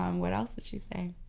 um what else did she say?